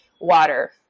water